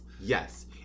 Yes